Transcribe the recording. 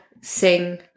sing